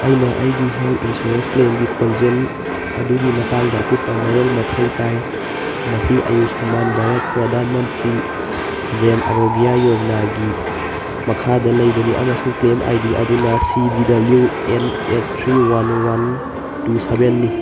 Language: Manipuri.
ꯑꯩꯅ ꯑꯩꯒꯤ ꯍꯦꯜ ꯏꯟꯁꯨꯔꯦꯟꯁ ꯀ꯭ꯂꯦꯝꯒꯤ ꯈꯣꯡꯖꯦꯜ ꯑꯗꯨꯒꯤ ꯃꯇꯥꯡꯗ ꯑꯀꯨꯞꯄ ꯃꯔꯣꯜ ꯃꯊꯧ ꯇꯥꯏ ꯃꯁꯤ ꯑꯌꯨꯁꯃꯥꯟ ꯚꯥꯔꯠ ꯄ꯭ꯔꯗꯥꯟ ꯃꯟꯇ꯭ꯔꯤ ꯖꯟ ꯑꯔꯣꯒ꯭ꯌꯥ ꯌꯣꯖꯅꯥꯒꯤ ꯃꯈꯥꯗ ꯂꯩꯕꯅꯤ ꯑꯃꯁꯨꯡ ꯀ꯭ꯂꯦꯝ ꯑꯥꯏ ꯗꯤ ꯑꯗꯨꯅ C B W N eight three one one two ꯁꯕꯦꯟꯅꯤ